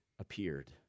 appeared